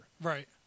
Right